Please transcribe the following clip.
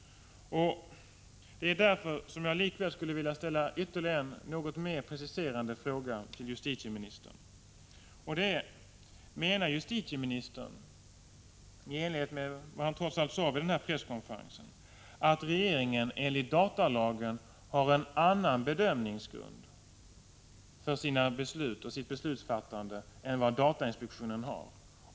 Det är mot denna bakgrund som jag likväl skulle vilja ställa ytterligare en något mer preciserande fråga till justitieministern. Menar justitieministern, i enlighet med vad han trots allt sade vid den tidigare nämnda presskonferen sen, att regeringen enligt datalagen har en annan bedömningsgrund för sitt beslutsfattande än vad datainspektionen har?